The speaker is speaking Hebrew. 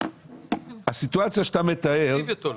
זה משהו אחר.